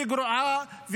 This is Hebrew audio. גרועה,